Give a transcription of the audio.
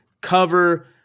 cover